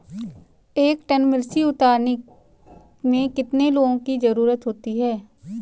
एक टन मिर्ची उतारने में कितने लोगों की ज़रुरत होती है?